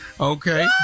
okay